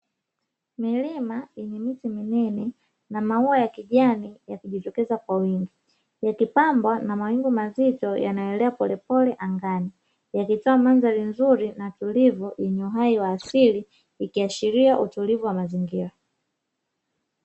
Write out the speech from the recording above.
Milima yenye miti minene na maua ya kijani yakijitokeza kwa wingi. Yakipambwa na mawingu mazito yanayoelea polepole angani yakitoa madhali nzuri na tulivu yenye uhai wa asili ikuashiria utulivu wa mazingira.